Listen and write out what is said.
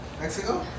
Mexico